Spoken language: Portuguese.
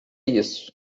isso